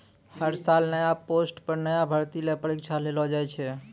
हर साल नया पोस्ट पर नया भर्ती ल परीक्षा लेलो जाय छै